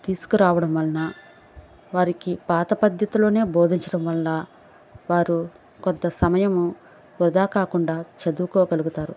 తీసుకురావడం వలన వారికి పాత పద్దతిలోనే బోధించడం వలన వారు కొంత సమయం వృధా కాకుండా చదువుకోగలుగుతారు